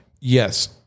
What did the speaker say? Yes